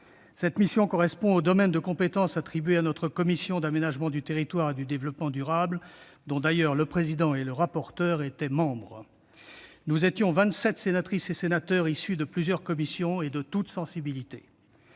Cette mission correspondait au domaine de compétence attribué à notre commission de l'aménagement du territoire et du développement durable dont, d'ailleurs, le président et la rapporteure étaient membres. Nous étions 27 sénatrices et sénateurs issus de plusieurs commissions et de toutes sensibilités.